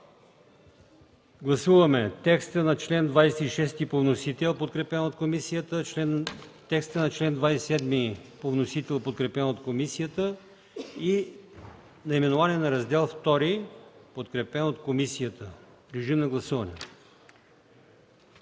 гласуваме текста на чл. 26 по вносител, подкрепен от комисията; текста на чл. 27 по вносител, подкрепен от комисията, и наименованието на Раздел II, подкрепено от комисията. Моля, гласувайте.